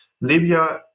Libya